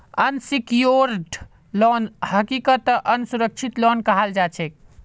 unsecured loan हकीकतत असुरक्षित loan कहाल जाछेक